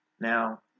Now